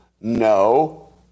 No